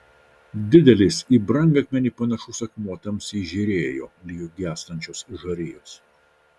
didelis į brangakmenį panašus akmuo tamsiai žėrėjo lyg gęstančios žarijos